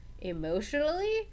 emotionally